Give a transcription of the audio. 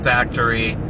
Factory